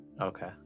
Okay